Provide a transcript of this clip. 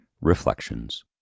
reflections